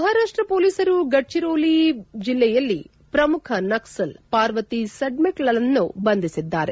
ಮಹಾರಾಷ್ಟ ಪೊಲೀಸರು ಗಡ್ಡಿರೋಲಿ ಜಿಲ್ಲೆಯಲ್ಲಿ ಪ್ರಮುಖ ನಕ್ಲಲ್ ಪಾರ್ವತಿ ಸಡ್ಲೆಕ್ಳನ್ನು ಬಂಧಿಸಿದ್ದಾರೆ